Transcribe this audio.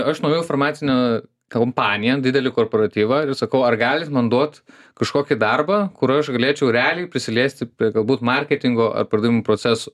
aš nuėjau į farmacinių kompaniją didelį korporotyvą ir sakau ar galit man duot kažkokį darbą kur aš galėčiau realiai prisiliesti prie galbūt marketingo ar pardavimų procesų